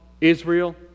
Israel